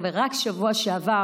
ורק בשבוע שעבר,